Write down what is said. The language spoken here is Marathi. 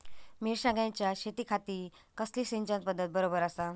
मिर्षागेंच्या शेतीखाती कसली सिंचन पध्दत बरोबर आसा?